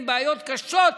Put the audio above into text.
עם בעיות קשות,